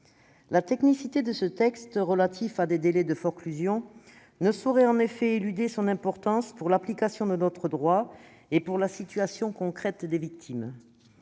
La technicité de ce texte, relatif à des délais de forclusion, ne saurait dissimuler son importance pour l'application de notre droit et pour la situation concrète des victimes.